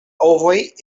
ovoj